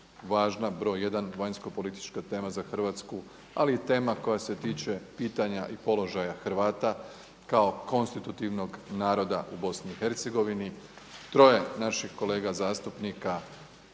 broj jedan vanjsko politička tema za Hrvatsku, ali i tema koja se tiče pitanja i položaja Hrvata kao konstitutivnog naroda u Bosni i Hercegovini. Troje naših kolega zastupnika